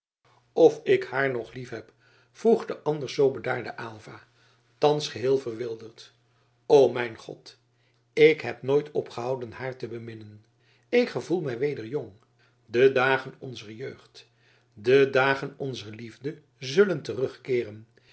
of ik haar nog liefheb vroeg de anders zoo bedaarde aylva thans geheel verwilderd o mijn god ik heb nooit opgehouden haar te beminnen ik gevoel mij weder jong de dagen onzer jeugd de dagen onzer liefde zullen terugkeeren